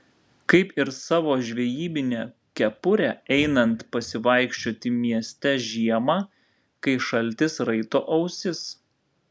kaip ir savo žvejybinę kepurę einant pasivaikščioti mieste žiemą kai šaltis raito ausis